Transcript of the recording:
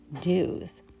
dues